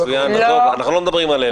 אנחנו לא מדברים על אלה.